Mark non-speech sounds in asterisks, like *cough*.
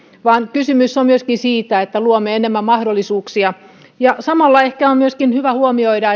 vaan kysymys on myöskin siitä että luomme enemmän mahdollisuuksia samalla ehkä on myöskin hyvä huomioida *unintelligible*